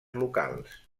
locals